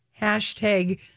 hashtag